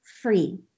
free